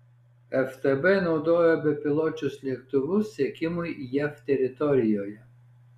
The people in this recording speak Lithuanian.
ftb naudojo bepiločius lėktuvus sekimui jav teritorijoje